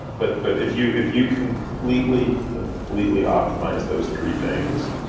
but but if you if you completely completely optimize those three things,